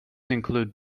include